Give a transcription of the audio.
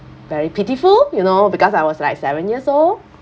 very pitiful you know because I was like seven years old